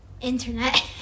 Internet